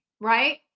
right